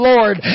Lord